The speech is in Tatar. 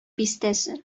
бистәсе